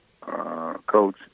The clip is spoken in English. coach